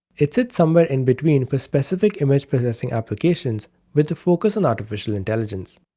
it sits somewhere in between for specific image processing applications with a focus on artificial intelligence.